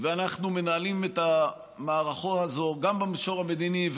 ואנחנו מנהלים את המערכה הזאת גם במישור המדיני,